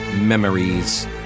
memories